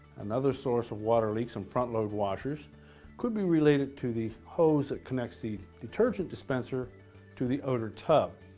another source of water leaks in front-load washers could be related to the hose that connects the detergent dispenser to the outer tub.